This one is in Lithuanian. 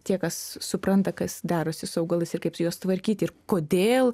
tie kas supranta kas darosi su augalais ir kaip juos tvarkyti ir kodėl